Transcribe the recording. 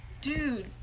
Dude